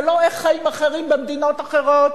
זה לא איך חיים אחרים במדינות אחרות,